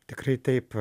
tikrai taip